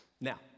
Now